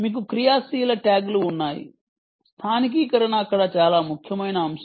మీకు క్రియాశీల ట్యాగ్లు ఉన్నాయి స్థానికీకరణ అక్కడ చాలా ముఖ్యమైన అంశం